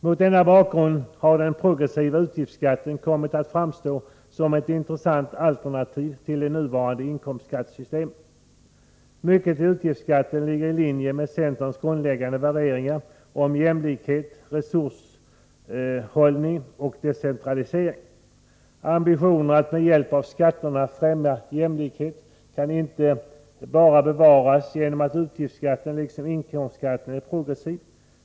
Mot denna bakgrund har den progressiva utgiftsskatten kommit att framstå som ett intressant alternativ till det nuvarande inkomstskattesystemet. Mycket i utgiftsskatten ligger i linje med centerns grundläggande värderingar om jämlikhet, resurshållning och decentralisering. Ambitionerna att med hjälp av skatterna främja jämlikheten kan inte bara bevaras genom att utgiftsskatten liksom inkomstskatten är progressiv.